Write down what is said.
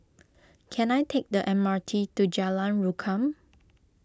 can I take the M R T to Jalan Rukam